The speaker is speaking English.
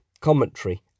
commentary